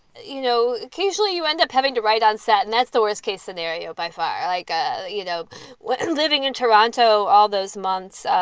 you know, occasionally you end up having to write on set. and that's the worst case scenario by far. like, ah you know what, and living in toronto all those months,